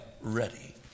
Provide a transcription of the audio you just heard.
ready